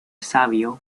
sabio